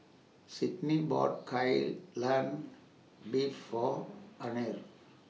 Sydney bought Kai Lan Beef For Anner